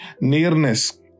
Nearness